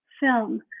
film